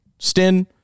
Stin